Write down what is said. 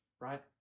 right